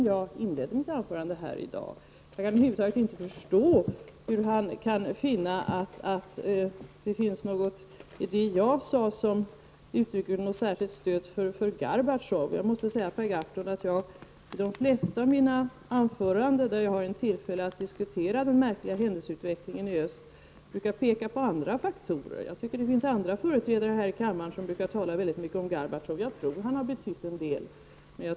Jag kan över huvud taget inte förstå hur Per Gahrton kan finna något i det jag har sagt som uttrycker särskilt stöd för Gorbatjov. I de flesta av mina anföranden, där jag har haft tillfälle att diskutera den märkliga händelseutvecklingen i öst, har jag pekat på andra faktorer. Det finns andra företrädare i kammaren som brukar tala mycket om Gorbatjov. Jag tror att han har betytt en hel del.